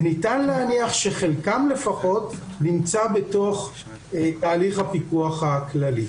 וניתן להניח שחלקם לפחות נמצא בתוך תהליך הפיקוח הכללי.